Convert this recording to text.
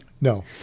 No